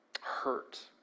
hurt